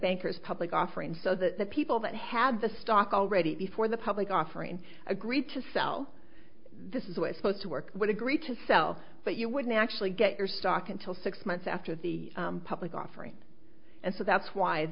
bankers public offerings so that the people that had the stock already before the public offering agreed to sell this is what i suppose to work would agree to sell but you wouldn't actually get your stock until six months after the public offering and so that's why